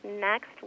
next